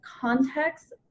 context